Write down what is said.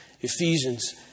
Ephesians